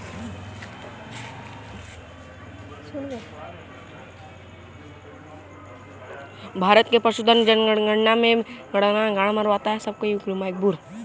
भारत में पशुधन जनगणना में भारत के स्वदेशी मवेशियों की संख्या में गिरावट जारी है